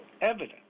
evidence